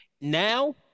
Now